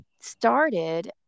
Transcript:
started